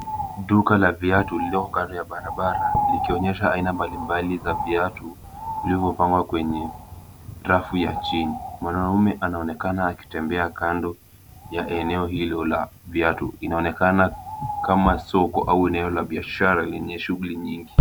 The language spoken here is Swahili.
Duka la viatu lililo kando ya barabara likionyesha aina mbalimbali za viatu vilivyopangwa kwenye rafu ya chini. Mwanaume anaonekana akitembea kando ya eneo hilo la viatu. Inaonekana kama soko au eneo la biashara lenye shughuli nyingi.